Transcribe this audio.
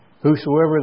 Whosoever